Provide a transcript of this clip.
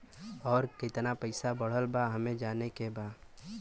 और कितना पैसा बढ़ल बा हमे जाने के बा?